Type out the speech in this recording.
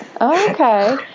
Okay